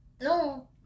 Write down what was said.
No